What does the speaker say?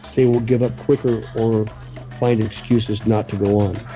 they will give up quicker, or find excuses not to go on.